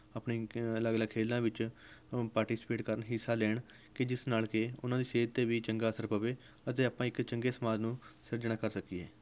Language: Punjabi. ਆਪਣੀ ਅਲੱਗ ਅਲੱਗ ਖੇਲਾਂ ਵਿੱਚ ਪਾਰਟੀਸਪੇਟ ਕਰਨ ਹਿੱਸਾ ਲੈਣ ਕਿ ਜਿਸ ਨਾਲ ਕਿ ਉਹਨਾਂ ਦੀ ਸਿਹਤ 'ਤੇ ਵੀ ਚੰਗਾ ਅਸਰ ਪਵੇ ਅਤੇ ਆਪਾਂ ਇੱਕ ਚੰਗੇ ਸਮਾਜ ਨੂੰ ਸਿਰਜਣਾ ਕਰ ਸਕੀਏ